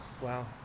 Wow